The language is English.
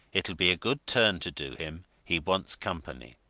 it'll be a good turn to do him he wants company.